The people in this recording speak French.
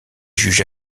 juge